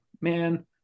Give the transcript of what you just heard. man